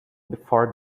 before